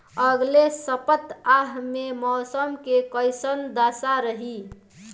अलगे सपतआह में मौसम के कइसन दशा रही?